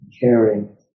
caring